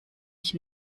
ich